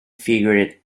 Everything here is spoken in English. figure